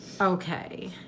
Okay